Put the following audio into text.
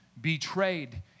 betrayed